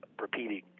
repeating